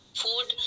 food